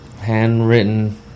handwritten